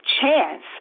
chance